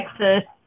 Texas